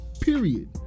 Period